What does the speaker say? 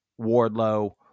Wardlow